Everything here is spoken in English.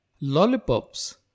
Lollipops